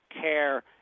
care